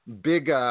Big